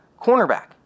cornerback